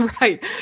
Right